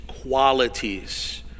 qualities